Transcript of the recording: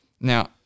Now